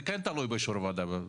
אז זה כן תלוי באישור ועדה.